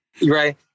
right